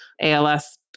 ALS